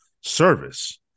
service